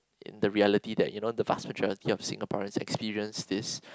in the reality that you know the vast majority of Singaporeans experience this